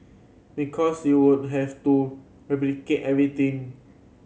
because you would have to replicate everything